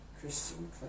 Christian